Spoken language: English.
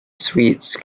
suites